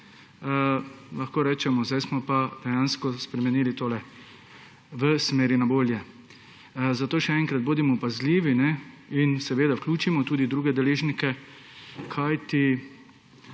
lahko rečemo, zdaj smo pa dejansko spremenili tole v smeri na bolje. Zato še enkrat, bodimo pazljivi in seveda vključimo tudi druge deležnike, kajti